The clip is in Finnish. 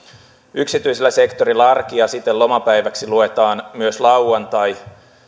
yksityisellä sektorilla arki ja siten lomapäiväksi luetaan myös lauantai